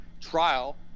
trial